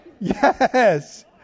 Yes